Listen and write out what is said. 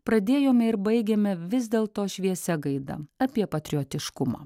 pradėjome ir baigėme vis dėlto šviesia gaida apie patriotiškumą